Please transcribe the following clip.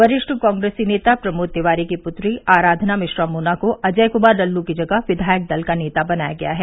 वरिष्ठ कॉग्रेसी नेता प्रमोद तिवारी की पुत्री आराधना मिश्रा मोना को अजय कुमार लल्लू की जगह विधायक दल का नेता बनाया गया है